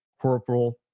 Corporal